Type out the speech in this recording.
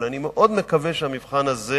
אבל אני מאוד מקווה שהמבחן הזה,